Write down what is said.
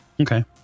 Okay